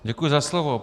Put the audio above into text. Děkuji za slovo.